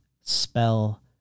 spell